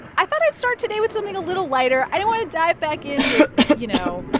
i thought i'd start today with something a little lighter. i didn't want to dive back in with, you know.